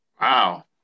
Wow